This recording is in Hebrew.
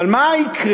אבל מה יקרה?